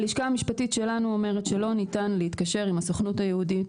הלשכה המשפטית שלנו אומרת שלא ניתן להתקשר עם הסוכנות היהודית,